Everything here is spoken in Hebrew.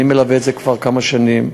אני מלווה את זה כבר כמה שנים.